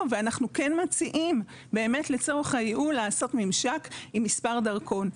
ואנחנו כן מציעים באמת לצורך הייעול לעשות ממשק עם מספר דרכון.